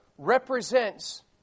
Represents